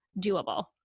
doable